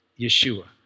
Yeshua